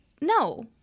no